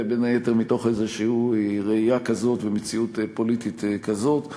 בין היתר מתוך איזושהי ראייה כזאת ומציאות פוליטית כזאת.